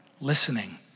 Listening